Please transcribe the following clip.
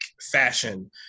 fashion